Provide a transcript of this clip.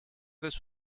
this